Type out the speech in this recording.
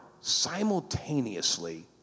simultaneously